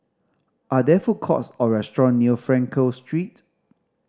are there food courts or restaurant near Frankel Street